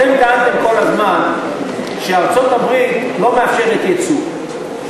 אתם טענתם כל הזמן שארצות-הברית לא מאפשרת ייצוא,